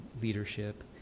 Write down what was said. leadership